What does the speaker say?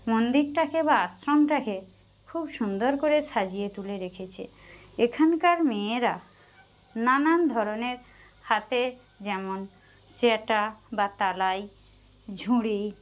মন্দিরটাকে বা আশ্রমটাকে খুব সুন্দর করে সাজিয়ে তুলে রেখেছে এখানকার মেয়েরা নানান ধরনের হাতে যেমন চ্যাটা বা তালাই ঝুড়ি